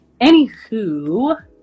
Anywho